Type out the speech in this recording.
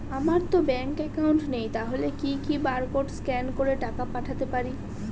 আমারতো bank account নেই তাহলে কি কি বারকোড স্ক্যান করে টাকা পাঠাতে পারি?